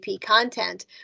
content